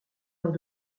lors